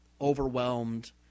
overwhelmed